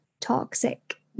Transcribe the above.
toxic